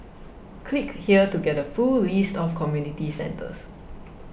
click here to get a full list of community centres